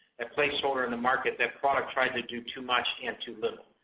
a placed order in the market that products try to do too much and too little.